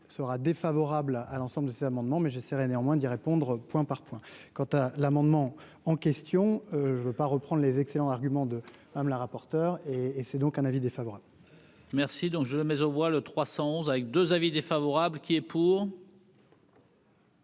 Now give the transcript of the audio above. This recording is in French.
sera défavorable à l'ensemble de ces amendements mais j'essaierai néanmoins d'y répondre point par point, quant à l'amendement en question, je veux pas reprendre les excellents arguments de Madame la rapporteure et et c'est donc un avis défavorable. Merci donc je la mais on voit le 311 avec 2 avis défavorable qui est pour.